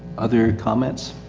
other comments?